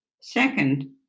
Second